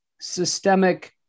systemic